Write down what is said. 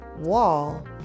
wall